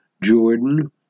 Jordan